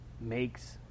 makes